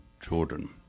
Jordan